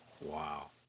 Wow